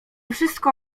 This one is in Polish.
wszystko